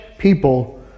people